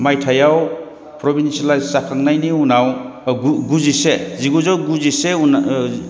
मायथाइआव प्रभिन्सियेलाइस जाखांनायनि उनाव गुजिसे जिगुजौ गुजिसे